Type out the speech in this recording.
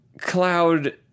cloud